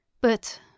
But